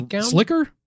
slicker